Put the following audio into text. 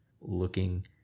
looking